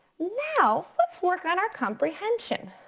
now let's work on our comprehension.